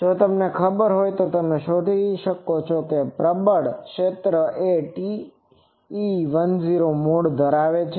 જો તમને ખબર હોય તો તમે શોધી શકો છો કે પ્રબળ ક્ષેત્ર એ TE10 મોડ ધરાવે છે